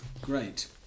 Great